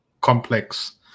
complex